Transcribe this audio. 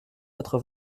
quatre